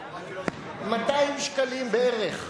אני לא זוכר, 200 שקלים בערך.